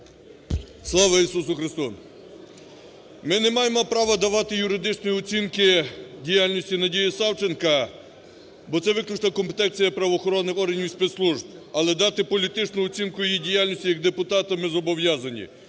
Слава Ісусу Христу! Ми не маємо права давати юридичні оцінки діяльності Надії Савченко, бо це виключно компетенція правоохоронних органів і спецслужб, але дати політичну оцінку її діяльності як депутата ми зобов'язані.